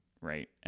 right